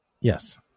Yes